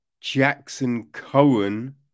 Jackson-Cohen